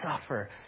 suffer